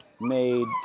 made